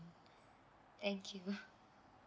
thank you